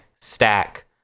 stack